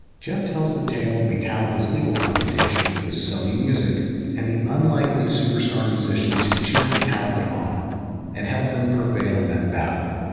jeff tells the tale of beatallica's legal confrontation with sony music and the unlikely superstar musicians who cheered beatallica on and help them prevail in that battle.